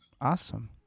Awesome